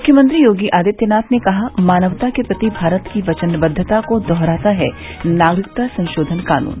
मुख्यमंत्री योगी आदित्यनाथ ने कहा मानवता के प्रति भारत की वचनबद्वता को दोहराता है नागरिकता संशोधन कानून